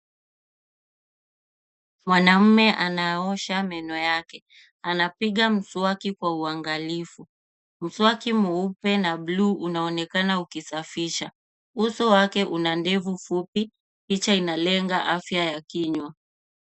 Mwanaume anaosha meno yake, anapiga mswaki kwa uangalifu. Mswaki mweupe na bluu unaonekana ukisafisha. Uso wake una ndevu fupi. Licha inalenga afya ya kinywa.